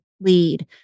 lead